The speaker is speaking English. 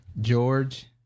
George